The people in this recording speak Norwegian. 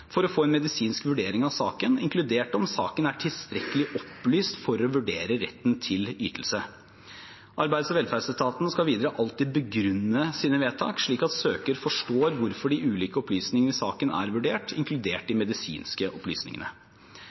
for å få en medisinsk vurdering av saken, inkludert om saken er tilstrekkelig opplyst for å vurdere retten til ytelse. Arbeids- og velferdsetaten skal videre alltid begrunne sine vedtak slik at søker forstår hvordan de ulike opplysningene i saken er vurdert, inkludert de medisinske.